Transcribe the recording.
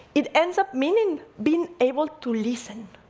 it ends up meaning being able to listen.